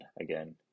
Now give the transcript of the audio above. again